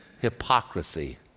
Hypocrisy